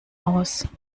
aus